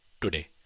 today